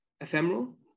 ephemeral